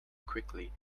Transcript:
quickly